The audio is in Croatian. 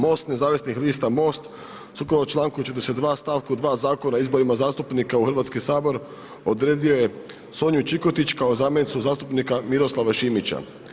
MOST nezavisnih lista MOST, sukladno članku 42. stavku 2. Zakona o izborima zastupnika u Hrvatski sabor odredio je Sonju Čikotić kao zamjenicu zastupnika Miroslava Šimića.